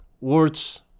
Words